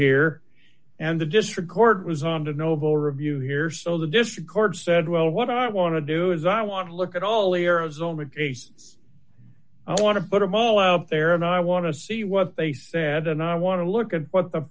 here and the district court was on to novo review here so the district court said well what i want to do is i want to look at all arabs only cases i want to put them all out there and i want to see what they said and i want to look at what the